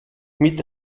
mit